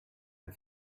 had